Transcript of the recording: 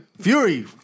Fury